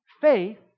faith